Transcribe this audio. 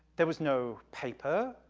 there was no paper,